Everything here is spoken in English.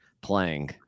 playing